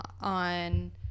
on